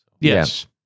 Yes